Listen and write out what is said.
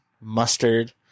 mustard